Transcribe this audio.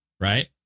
Right